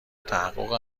تحقق